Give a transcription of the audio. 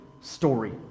story